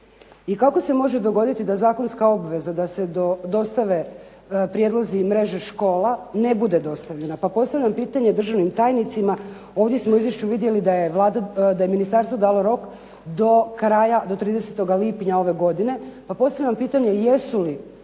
i kako se može dogoditi da zakonska obveza da se dostave prijedlozi i mreže škola ne bude dostavljena. Pa postavljam pitanje državnim tajnicima, ovdje smo u izvješću vidjeli da je Vlada, da je ministarstvo dalo rok do kraja, do 30. lipnja ove godine, pa postavljam pitanje jesu li